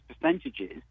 percentages